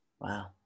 wow